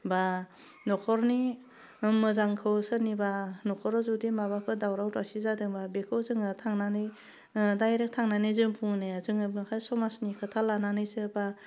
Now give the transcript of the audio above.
बा नखरनि मोजांखौ सोरनिबा नखराव जुदि माबाफोर दावराव दावसि जादोंबा बेखौ जोङो थांनानै ओह डायरेक्ट थांनानै जेबो बुङैनो हाया जोङो समाजनि खोथा लानानैसो बा